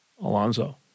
Alonzo